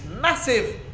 Massive